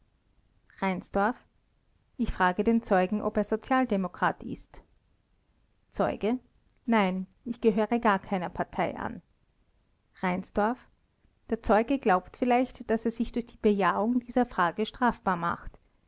ich frage den zeugen ob er sozialdemokrat ist zeuge nein ich gehöre gar keiner partei an reinsdorf der zeuge glaubt vielleicht daß er sich durch die bejahung dieser frage strafbar macht